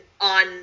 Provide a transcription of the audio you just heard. on